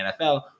NFL